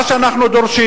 מה שאנחנו דורשים,